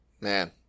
Man